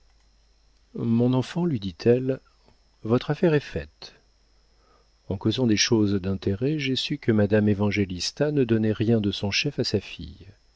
mon enfant lui dit-elle votre affaire est faite en causant des choses d'intérêt j'ai su que madame évangélista ne donnait rien de son chef à sa fille